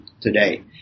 today